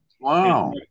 wow